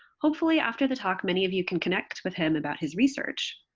hopefully after the talk many of you can connect with him about his research.